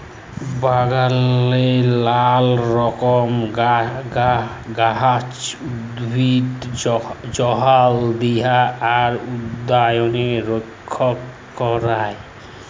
বাগালে লালা রকমের গাহাচ, উদ্ভিদ যগাল দিয়া আর উনাদের রইক্ষা ক্যরা